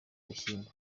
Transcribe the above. bishyimbo